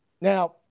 Now